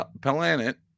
planet